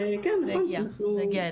אז זה עוד לא הגיע אלינו, אבל כן, נכון אנחנו.